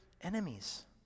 enemies